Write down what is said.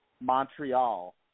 Montreal